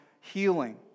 healing